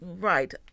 Right